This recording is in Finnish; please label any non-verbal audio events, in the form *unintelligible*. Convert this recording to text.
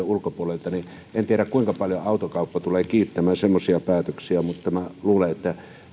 *unintelligible* ulkopuolelta en tiedä kuinka paljon autokauppa tulee kiittämään semmoisista päätöksistä mutta luulen että